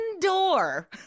door